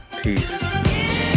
Peace